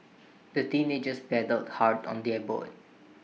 the teenagers paddled hard on their boat